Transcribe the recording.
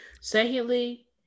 Secondly